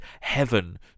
heaven